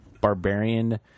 barbarian